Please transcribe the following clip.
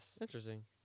Interesting